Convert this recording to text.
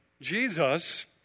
Jesus